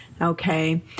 okay